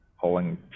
pulling